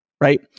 Right